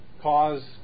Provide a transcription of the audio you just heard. cause